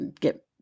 get